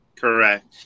Correct